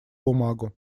бумагу